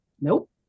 nope